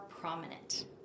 prominent